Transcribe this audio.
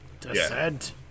Descent